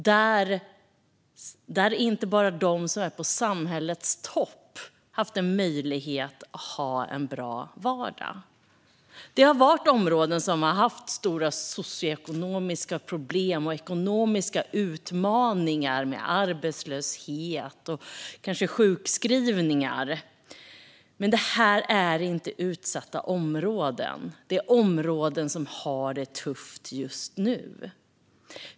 Där har inte bara de som varit på samhällets topp haft en möjlighet att ha en bra vardag. Det har varit områden som har haft stora socioekonomiska problem och ekonomiska utmaningar med arbetslöshet och kanske sjukskrivningar. Men det är inte utsatta områden. Det är områden som har det tufft just nu.